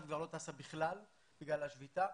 היא כבר לא טסה בכלל בגלל השביתה.